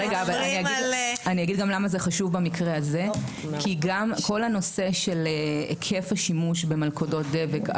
כי גם כל הנושא של היקף השימוש במלכודות דבק,